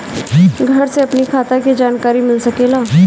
घर से अपनी खाता के जानकारी मिल सकेला?